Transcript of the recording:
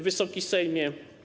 Wysoki Sejmie!